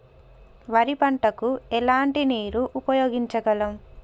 వరి పంట కు ఎలాంటి నీరు ఉపయోగించగలం?